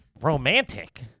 Romantic